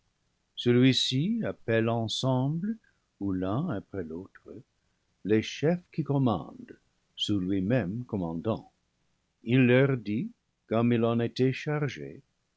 celui-ci appelle ensemble ou l'un après l'autre les chefs qui com mandent sous lui-même commandant il leur dit comme il en était chargé